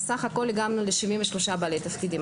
אז סך הכול הגענו ל-73 בעלי תפקידים.